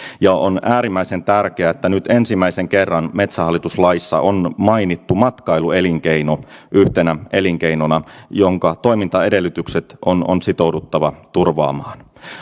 ja on äärimmäisen tärkeää että nyt ensimmäisen kerran metsähallitus laissa on mainittu matkailuelinkeino yhtenä elinkeinona jonka toimintaedellytykset on on sitouduttava turvaamaan